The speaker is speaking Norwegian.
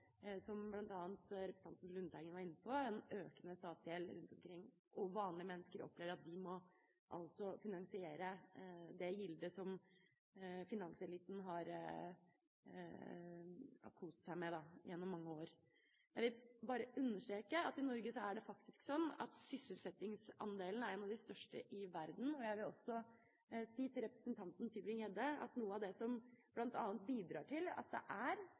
som bl.a. representanten Lundteigen var inne på, en økende statsgjeld rundt omkring, og vanlige mennesker opplever at de må finansiere det gildet som finanseliten har kost seg med gjennom mange år. Jeg vil bare understreke at i Norge er det faktisk sånn at sysselsettingsandelen er en av de største i verden. Og jeg vil også si til representanten Tybring-Gjedde at noe av det som bl.a. bidrar til at det er